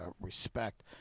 respect